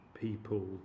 People